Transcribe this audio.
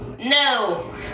No